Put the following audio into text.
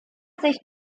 sicht